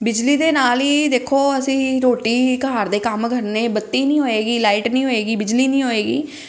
ਬਿਜਲੀ ਦੇ ਨਾਲ ਹੀ ਦੇਖੋ ਅਸੀਂ ਰੋਟੀ ਘਰ ਦੇ ਕੰਮ ਕਰਨੇ ਬੱਤੀ ਨਹੀਂ ਹੋਏਗੀ ਲਾਈਟ ਨਹੀਂ ਹੋਏਗੀ ਬਿਜਲੀ ਨਹੀਂ ਹੋਏਗੀ